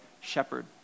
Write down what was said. shepherd